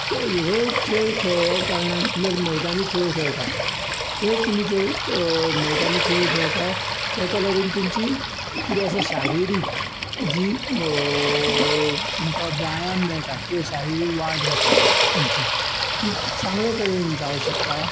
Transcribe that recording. हे खेळ खेळ्ळे कारणान तुमी आतां मैदानी खेळ खेळटात ते तुमी जर मैदानी खेळ खेळटात तेका लागून तुमची कितें आसा शारिरीक जी तुमकां व्यायाम मेळटा ती किंवा शारिरीक वाड जाता तुमची ती चांगले तरेन जावंक शकता